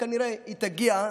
וכנראה היא תגיע,